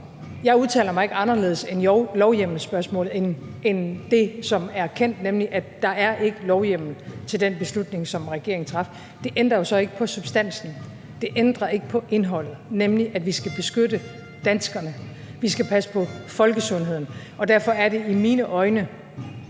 jeg udtaler mig ikke anderledes i lovhjemmelspørgsmålet end det, som er kendt, nemlig at der ikke er lovhjemmel til den beslutning, som regeringen traf. Det ændrer jo så ikke på substansen, det ændrer ikke på indholdet, nemlig at vi skal beskytte danskerne, vi skal passe på folkesundheden, og derfor er det i mine øjne